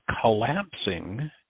collapsing